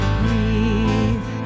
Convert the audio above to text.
breathe